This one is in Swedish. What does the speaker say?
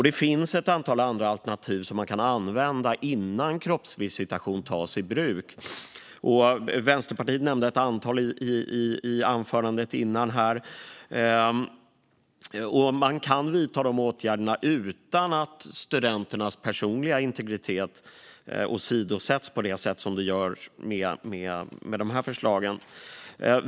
Det finns också andra alternativ som man kan använda innan kroppsvisitation tas i bruk; Vänsterpartiet nämnde ett antal här tidigare. Man kan vidta dessa åtgärder utan att studenternas personliga integritet åsidosätts på det sätt som de här förslagen innebär.